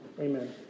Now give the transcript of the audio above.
Amen